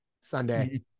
Sunday